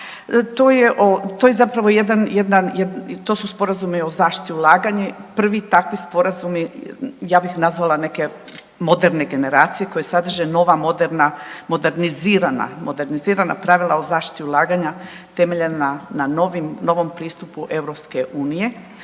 To su sporazumi o zaštiti ulaganja, prvi takvi sporazumi ja bih nazvala neke moderne generacije koje sadrže nova moderna, modernizirana, modernizirana pravila o zaštiti ulaganja temeljena na novom pristupu EU